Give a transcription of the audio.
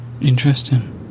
Interesting